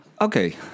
Okay